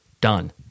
Done